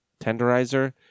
tenderizer